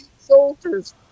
soldiers